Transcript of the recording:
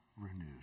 renewed